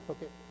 Okay